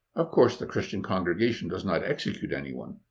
of course, the christian congregation does not execute anyone.